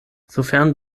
sofern